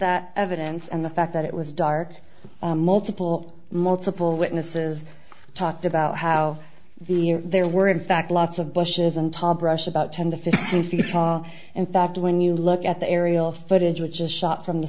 that evidence and the fact that it was dark multiple multiple witnesses talked about how the there were in fact lots of bushes and tom brush about ten to fifteen feet in fact when you look at the aerial footage which is shot from the